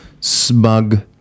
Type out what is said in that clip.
smug